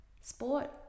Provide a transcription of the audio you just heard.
Sport